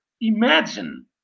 Imagine